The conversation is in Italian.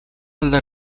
alla